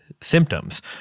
symptoms